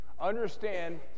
Understand